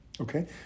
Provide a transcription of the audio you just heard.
Okay